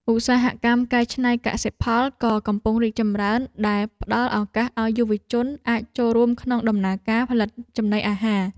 ឧស្សាហកម្មកែច្នៃកសិផលក៏កំពុងរីកចម្រើនដែលផ្តល់ឱកាសឱ្យយុវជនអាចចូលរួមក្នុងដំណើរការផលិតចំណីអាហារ។